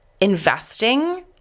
investing